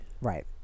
Right